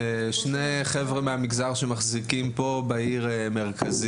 שני חבר'ה מהמגזר שמחזיקים מרכזים,